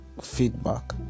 feedback